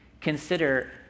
consider